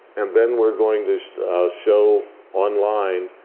and then we're going to show online